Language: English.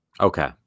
Okay